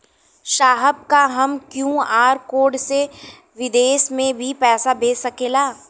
साहब का हम क्यू.आर कोड से बिदेश में भी पैसा भेज सकेला?